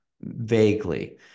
vaguely